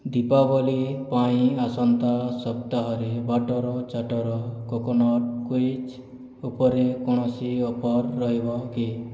ଦୀପାବଳୀ ପାଇଁ ଆସନ୍ତା ସପ୍ତାହରେ ବାଟ୍ଟର ଚାଟ୍ଟର କୋକୋନଟ୍ କୁକିଜ୍ ଉପରେ କୌଣସି ଅଫର୍ ରହିବ କି